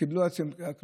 שקיבלו את האחריות,